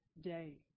day